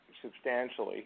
substantially